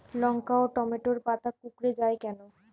লঙ্কা ও টমেটোর পাতা কুঁকড়ে য়ায় কেন?